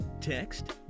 Text